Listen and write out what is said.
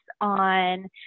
on